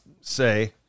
say